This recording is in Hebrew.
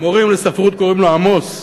והמורים לספרות קוראים לו עמוס,